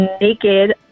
naked